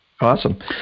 Awesome